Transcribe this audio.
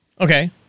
Okay